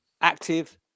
active